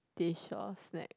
dish or snack